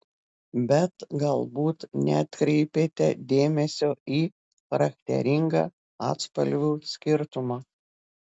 bet galbūt neatkreipėte dėmesio į charakteringą atspalvių skirtumą